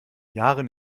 yaren